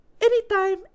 anytime